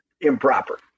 improper